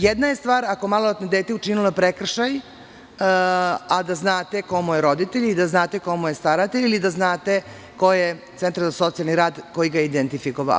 Jedna je stvar ako je maloletno dete učinilo neki prekršaj, a da znate ko mu je roditelj i da znate ko mu je staratelj ili da znate koji je centar za socijalni rad koji ga je identifikovao.